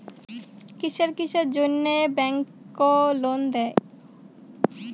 কিসের কিসের জন্যে ব্যাংক লোন দেয়?